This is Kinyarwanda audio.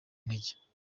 intege